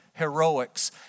heroics